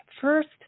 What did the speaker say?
first